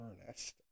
earnest